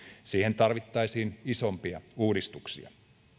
siihen tarvittaisiin isompia uudistuksia